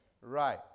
Right